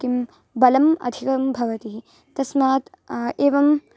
किं बलम् अधिकं भवति तस्मात् एवं